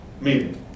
meeting